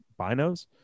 binos